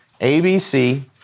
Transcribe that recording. ABC